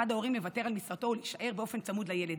ההורים לוותר על משרתו ולהישאר צמוד לילד,